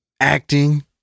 acting